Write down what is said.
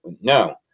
No